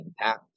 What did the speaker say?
impact